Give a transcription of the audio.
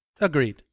Agreed